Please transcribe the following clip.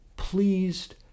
Pleased